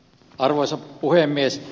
arvoisa puhemies